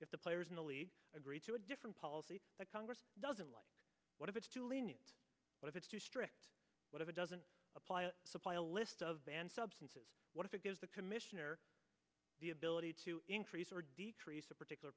if the players agree to a different policy that congress doesn't like what if it's too lenient but if it's too strict what if it doesn't apply to list of banned substances what if it gives the commissioner the ability to increase or decrease a particular